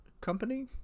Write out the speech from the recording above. Company